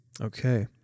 Okay